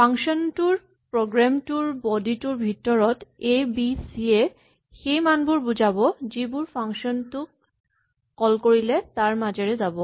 function টোৰ program টোৰ body টোৰ ভিতৰত এ বি চি এ সেই মানবোৰ বুজাব যিবোৰ ফাংচন টোক কল কৰিলে তাৰ মাজেৰে যাব